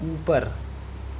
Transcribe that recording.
اوپر